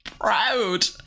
Proud